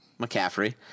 McCaffrey